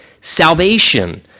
salvation